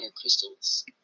crystals